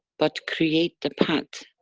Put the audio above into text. but create the path.